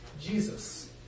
Jesus